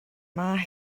mae